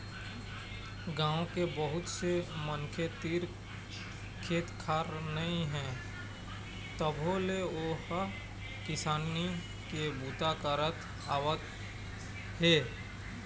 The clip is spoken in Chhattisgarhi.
गाँव के बहुत से मनखे तीर खेत खार नइ हे तभो ले ओ ह किसानी के बूता करत आवत हे